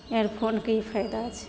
एयरफोनके ई फैदा छै